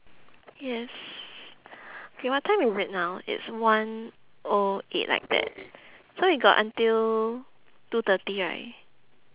yes okay what time is it now it's one O eight like that so we got until two thirty right